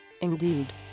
indeed